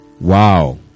wow